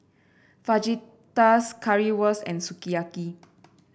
Fajitas Currywurst and Sukiyaki